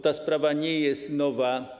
Ta sprawa nie jest nowa.